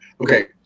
okay